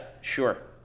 sure